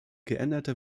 geänderte